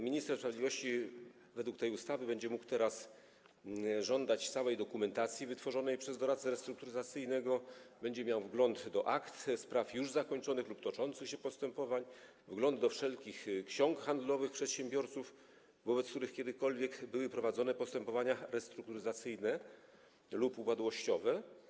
Minister sprawiedliwości według tej ustawy będzie mógł teraz żądać całej dokumentacji wytworzonej przez doradcę restrukturyzacyjnego, będzie miał wgląd do akt zakończonych lub do akt toczących się postępowań, wgląd do wszelkich ksiąg handlowych przedsiębiorców, wobec których kiedykolwiek były prowadzone postępowania restrukturyzacyjne lub upadłościowe.